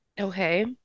Okay